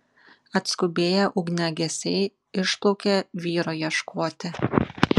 atskubėję ugniagesiai išplaukė vyro ieškoti